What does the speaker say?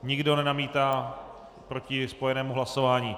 Nikdo nenamítá proti spojenému hlasování.